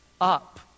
up